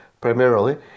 primarily